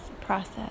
process